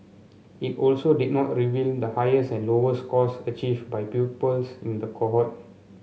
it also did not reveal the highest and lowest scores achieved by pupils in the cohort